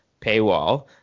paywall